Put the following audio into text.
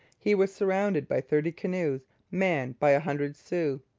he was surrounded by thirty canoes manned by a hundred sioux.